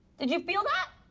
did you feel that?